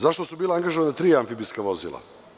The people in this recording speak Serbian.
Zašto su bila angažovana tri amfibijska vozila?